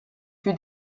für